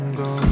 go